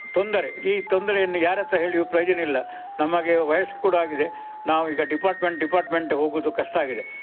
ತೊಂದರೆ ಈ ತೊಂದರೆಯನ್ನು ಯಾರತ್ತಿರ ಹೇಳಿಯೂ ಪ್ರಯೋಜನ ಇಲ್ಲ ನಮಗೆ ವಯಸ್ಸು ಕೂಡ ಆಗಿದೆ ನಾವು ಈಗ ಡಿಪಾರ್ಟ್ಮೆಂಟ್ ಡಿಪಾರ್ಟ್ಮೆಂಟ್ ಹೋಗೋದು ಕಷ್ಟ ಆಗಿದೆ